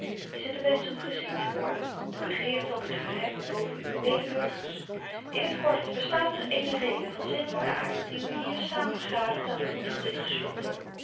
is het de wensch om gezien te worden de begeerte om u te verheffen boven uwe medeburgers in het kort bestaat er eene reden van zinnelyken aard die u hier saamvergadert aan den voet van dit gestoelte